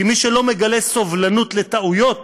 כי מי שלא מגלה סובלנות לטעויות